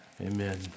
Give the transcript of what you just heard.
Amen